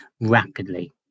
rapidly